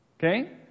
Okay